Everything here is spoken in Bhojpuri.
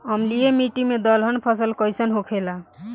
अम्लीय मिट्टी मे दलहन फसल कइसन होखेला?